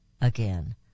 again